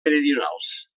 meridionals